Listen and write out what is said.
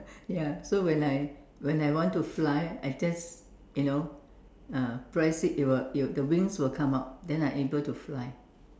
ya so when I when I want to fly I just you know uh press it and it it will the wings will come out then I able to fly